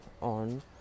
on